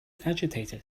agitated